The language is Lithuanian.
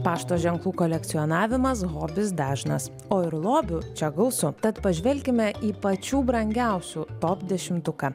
pašto ženklų kolekcionavimas hobis dažnas o ir lobių čia gausu tad pažvelkime į pačių brangiausių top dešimtuką